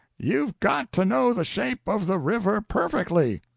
you've got to know the shape of the river perfectly.